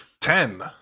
Ten